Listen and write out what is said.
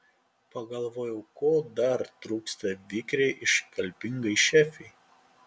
pagalvojau ko dar trūksta vikriai iškalbingai šefei